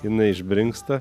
jinai išbrinksta